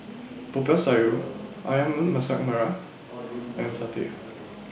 Popiah Sayur Ayam Masak Merah and Satay